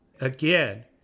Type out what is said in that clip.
again